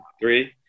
three